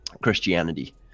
Christianity